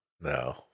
No